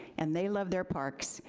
and they love their parks,